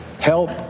Help